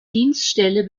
dienststelle